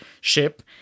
ship